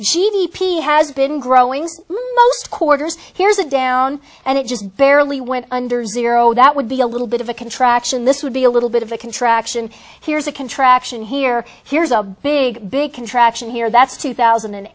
p has been growing most quarters here's a down and it just barely went under zero that would be a little bit of a contraction this would be a little bit of a contraction here's a contraction here here's a big big contraction here that's two thousand and